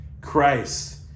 Christ